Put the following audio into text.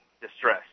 distress